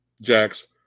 Jax